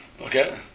okay